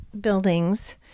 buildings